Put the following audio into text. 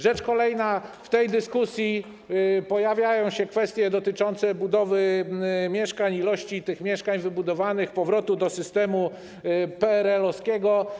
Rzecz kolejna - w tej dyskusji pojawiają się kwestie dotyczące budowy mieszkań, liczby mieszkań wybudowanych, powrotu do systemu PRL-owskiego.